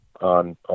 on